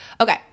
okay